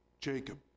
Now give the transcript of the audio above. Jacob